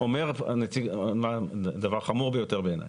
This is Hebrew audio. אומר הנציג דבר חמור ביותר בעיניי,